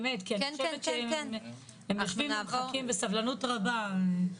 הם יושבים ומחכים בסבלנות רבה.